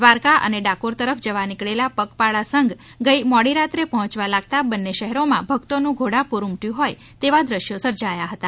દ્વારકા અને ડાકોર તરફ જવા નીકળેલા પગપાળા સંઘ ગઈ મોડી રાત્રે પહોચવા લગતા બંને શહેરમાં ભક્તો નું ઘોડાપૂર ઊમટ્યું હોથ તેવા દ્રશ્યો સર્જાથા હતા